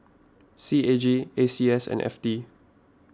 C A G A C S and F T